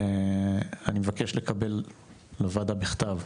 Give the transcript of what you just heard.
אני מבקש לקבל לוועדה בכתב,